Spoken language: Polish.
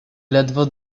ledwo